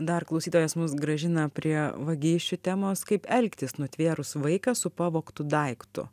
dar klausytojas mus grąžina prie vagysčių temos kaip elgtis nutvėrus vaiką su pavogtu daiktu